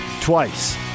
twice